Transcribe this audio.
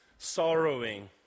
sorrowing